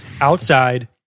Outside